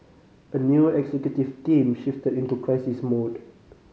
a new executive team shifted into crisis mode